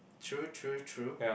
true true true